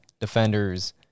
defenders –